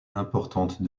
importante